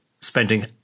spending